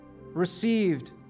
received